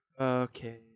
Okay